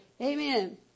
Amen